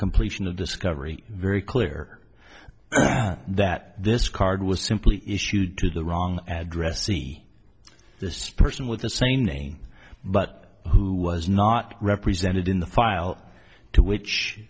completion of discovery very clear that this card was simply issued to the wrong address see this person with the same name but who was not represented in the file to which